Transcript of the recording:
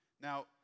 Now